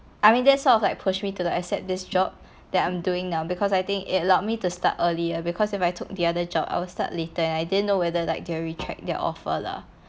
I mean that sort of like pushed me to like accept this job that I'm doing now because I think it allowed me to start earlier because if I took the other job I will start later and I didn't know whether like they will retract their offer lah